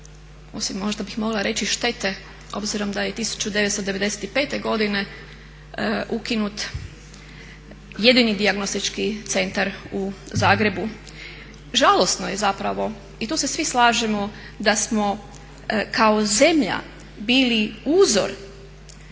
osim možda bih mogla reći štete obzirom da je 1995. godine ukinut jedini dijagnostički centar u Zagrebu. Žalosno je zapravo i tu se svi slažemo da smo kao zemlja bili uzor